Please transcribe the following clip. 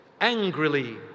angrily